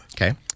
Okay